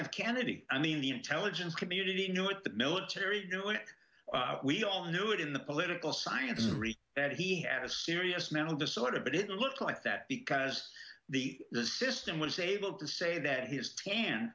f kennedy i mean the intelligence community knew it the military do it we all knew it in the political science that he had a serious mental disorder but it looked like that because the the system was able to say that his plan